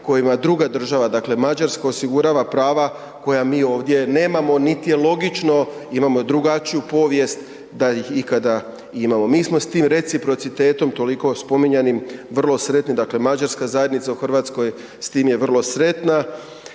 kojima druga država, dakle Mađarska osigurava prava koja mi ovdje nemamo, niti je logično imamo drugačiju povijest da ih ikada imamo. Mi smo s tim reciprocitetom toliko spominjanim vrlo sretni, dakle mađarska zajednica u Hrvatskoj s tim je vrlo sretna